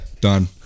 done